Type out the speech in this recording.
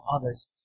others